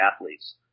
athletes